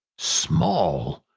small!